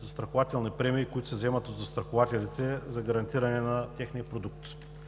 застрахователни премии, които се вземат от застрахователите за гарантиране на техния продукт?